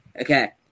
Okay